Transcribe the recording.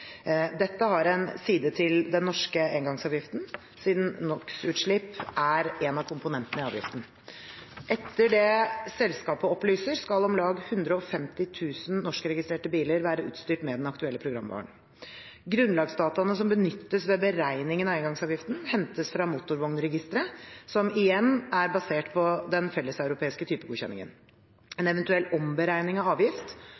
Dette har en side til den norske engangsavgiften, siden NOx-utslipp er en av komponentene i avgiften. Etter det selskapet opplyser, skal om lag 150 000 norskregistrerte biler være utstyrt med den aktuelle programvaren. Grunnlagsdataene som benyttes ved beregningen av engangsavgiften, hentes fra motorvognregisteret, som igjen er basert på den felleseuropeiske typegodkjenningen. En eventuell omberegning av avgift